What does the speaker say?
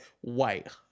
white